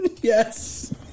Yes